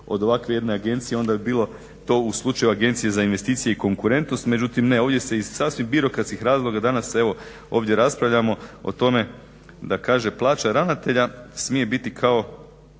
od ovakve jedne agencije onda bi bilo to u slučaju agencije za investicije i konkurentnost. Međutim ne, ovdje se iz sasvim birokratskih razloga danas ovdje raspravljamo o tome da kaže plaća ravnatelja smije biti kao